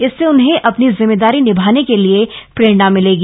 इससे उन्हें अपनी जिम्मेदारी निभाने के लिए प्रेरणा मिलेगी